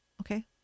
Okay